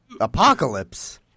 apocalypse